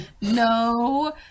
No